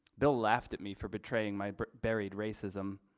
bill laughed at me for betraying my buried racism.